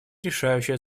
решающее